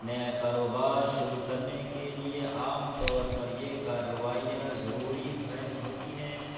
نیا کاروبار شروع کرنے کے لیے عام طور پر یہ کاروائیاں ضروری ہیں ہوتی ہیں